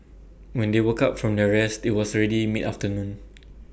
when they woke up from their rest IT was already mid afternoon